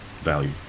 value